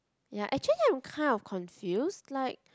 ya actually I'm kind of confused like